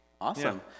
Awesome